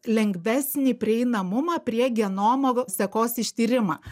lengvesnį prieinamumą prie genomovo sekos ištyrimą